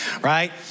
right